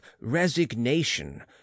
resignation